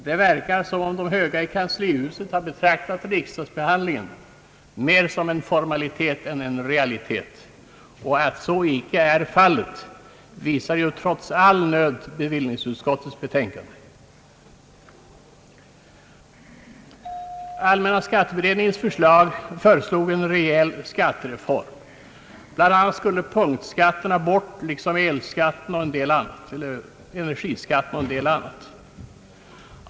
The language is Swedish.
Det verkar som om de höga i kanslihuset har betraktat riksdagsbehandlingen mera som en formalitet än som en realitet. Att så icke är fallet visar ju trots all tidsnöd bevillningsutskottets betänkande. Allmänna skatteberedningens förslag innebar en rejäl skattereform. BI. a. skulle punktskatterna bort liksom energiskatten och en del annat.